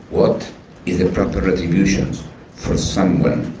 what is the proper retribution for someone